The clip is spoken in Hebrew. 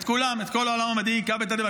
את כל העולם המדעי זה היכה בתדהמה,